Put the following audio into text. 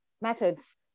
methods